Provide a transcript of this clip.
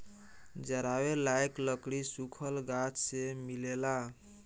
जरावे लायक लकड़ी सुखल गाछ से मिलेला